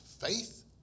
faith